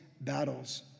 battles